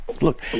Look